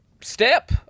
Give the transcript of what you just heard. step